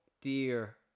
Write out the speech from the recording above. dear